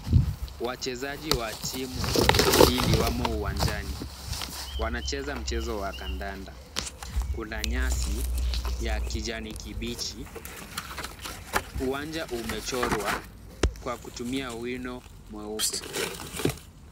Wachezaji wa timu mbili wamo uwanjani. Wanacheza mchezo wa kandanda. Kuna nyasi ya kijani kibichi. Uwanja umechorwa kwa kutumia wino mweupe.